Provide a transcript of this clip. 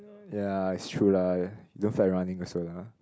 ya is true lah don't find running as soon